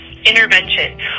intervention